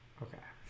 okay